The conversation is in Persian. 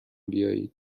بیایید